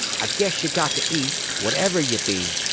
i guess ye got to eat, whatever ye be!